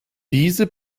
diese